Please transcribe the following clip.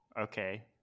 Okay